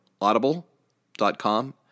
audible.com